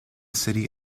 city